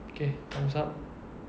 okay time's up